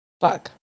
fuck